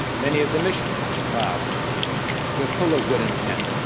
many of the missionaries of the past were full of good intent,